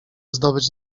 zdobyć